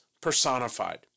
personified